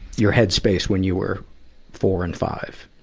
your headspace when you were four and five.